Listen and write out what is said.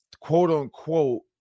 quote-unquote